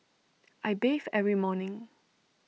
I bathe every morning